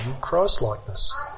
Christ-likeness